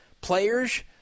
Players